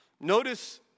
notice